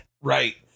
Right